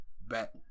Bet